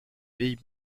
pays